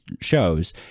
shows